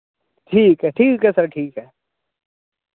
ठीक ऐ ठीक ऐ सर ठीक ऐ